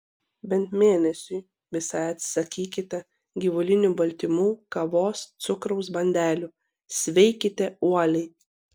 bent mėnesiui visai atsisakykite gyvulinių baltymų kavos cukraus bandelių sveikite uoliai